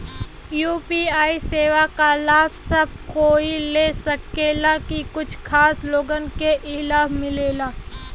UPI सेवा क लाभ सब कोई ले सकेला की कुछ खास लोगन के ई लाभ मिलेला?